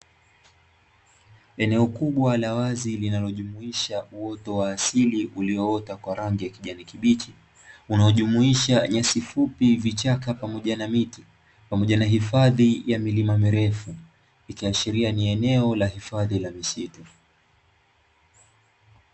Eneo kubwa la wazi linalojumuisha uoto wa asili ulioota kwa rangi ya kijani kibichi; unaojumuisha nyasi fupi, vichaka pamoja na miti, pamoja na hifadhi ya milima mirefu; ikiashiria ni eneo la hifadhi la misitu.